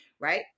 right